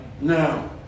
Now